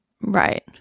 Right